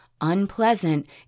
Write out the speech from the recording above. unpleasant